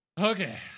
okay